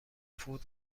فود